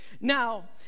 Now